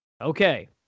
Okay